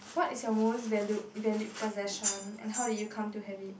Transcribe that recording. what is your most valued valued possession and how did you come to have it